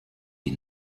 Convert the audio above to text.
die